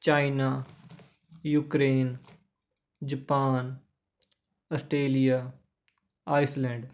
China Ukraine Japan Australia Iceland